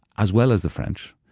as well as the french,